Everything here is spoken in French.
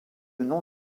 nom